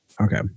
Okay